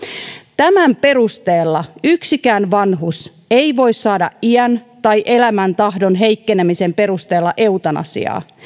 tämän perusteella yksikään vanhus ei voi saada iän tai elämäntahdon heikkenemisen perusteella eutanasiaa